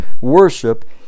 worship